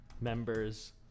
members